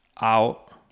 out